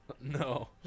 No